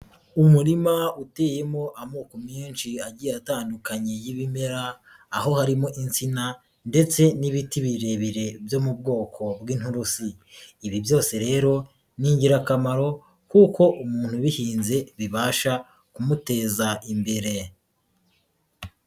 Umurima uteyemo amoko menshi agiye atandukanye y'ibimera, aho harimo insina ndetse n'ibiti birebire byo mu bwoko bw'inturusi, ibi byose rero ni ingirakamaro kuko umuntu ubihinze bibasha kumuteza imbere.